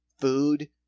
food